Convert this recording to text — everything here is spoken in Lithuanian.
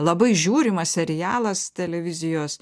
labai žiūrimas serialas televizijos